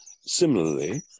similarly